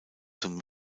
zum